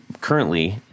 currently